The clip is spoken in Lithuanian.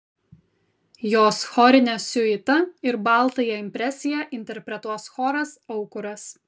jos chorinę siuitą ir baltąją impresiją interpretuos choras aukuras